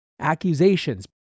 accusations